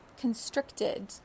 constricted